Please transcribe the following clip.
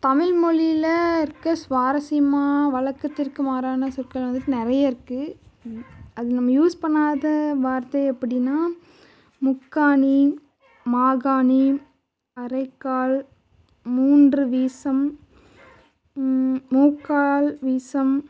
தமிழ் மொழியில் இருக்க சுவாரஸ்யமான வழக்கத்திற்கு மாறான சொற்கள் வந்துட்டு நிறைய இருக்குது அது நம்ம யூஸ் பண்ணாத வார்த்தை அப்படின்னா முக்காணி மாகாணி அரைக்கால் மூன்றுவீசம் மூக்கால்வீசம்